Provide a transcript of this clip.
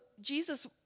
Jesus